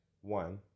One